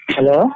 Hello